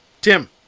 Tim